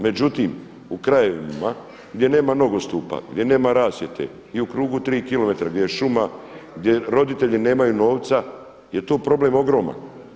Međutim, u krajevima gdje nema nogostupa, gdje nema rasvjete i u krugu tri kilometra gdje je šuma, gdje roditelji nemaju novca je tu problem ogroman.